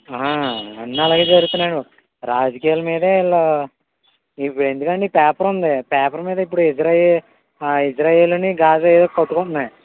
అన్నీ అలాగే జరుగుతున్నాయండి బాబు రాజకీయాల మీదే వీళ్ళు ఇప్పుడు ఎందుకండీ ఈ పేపర్ ఉంది పేపర్ మీద ఇప్పుడు ఇజ్రాయెల్ ఇజ్రాయెల్ గాజాను ఏదో కొట్టుకుంటున్నాయి